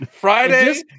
Friday